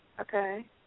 Okay